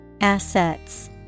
Assets